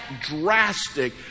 drastic